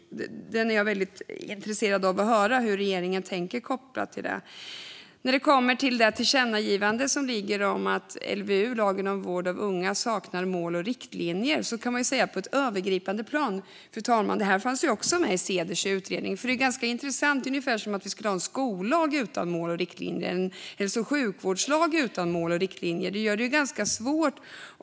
Jag är väldigt intresserad av att höra hur regeringen tänker kopplat till detta. Fru talman! När det kommer till tillkännagivandet om att LVU, lagen om vård av unga, saknar mål och riktlinjer kan man på ett övergripande plan säga att även detta fanns med i Ceders utredning, vilket är ganska intressant. Det är ungefär som om vi skulle ha en skollag eller en hälso och sjukvårdslag utan mål och riktlinjer.